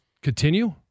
continue